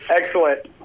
Excellent